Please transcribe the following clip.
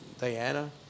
Diana